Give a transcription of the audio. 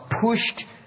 pushed